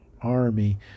army